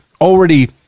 already